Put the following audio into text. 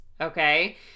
okay